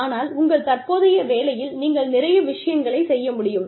ஆனால் உங்கள் தற்போதைய வேலையில் நீங்கள் நிறைய விஷயங்களை செய்ய முடியும்